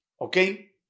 okay